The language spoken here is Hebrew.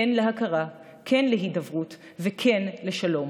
כן להכרה, כן להידברות וכן לשלום.